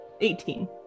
18